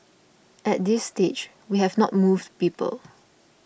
at this stage we have not moved people